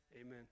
amen